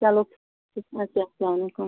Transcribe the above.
چلو اَچھا اسلامُ علیکُم